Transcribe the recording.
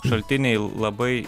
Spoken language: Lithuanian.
šaltiniai labai